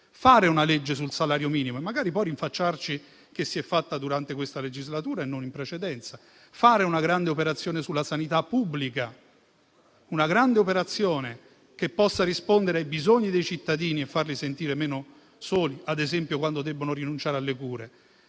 fare una legge sul salario minimo e magari poi rinfacciarci che la si è fatta durante questa legislatura e non in precedenza; fare una grande operazione sulla sanità pubblica, che possa rispondere ai bisogni dei cittadini e farli sentire meno soli, ad esempio quando debbono rinunciare alle cure.